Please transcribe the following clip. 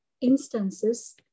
instances